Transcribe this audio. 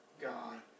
God